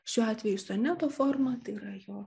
šiuo atveju soneto forma tai yra jo